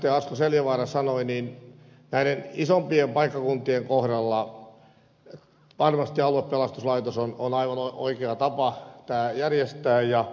asko seljavaara sanoi näiden isompien paikkakuntien kohdalla varmasti aluepelastuslaitos on aivan oikea tapa tämä järjestää